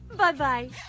Bye-bye